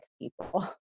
people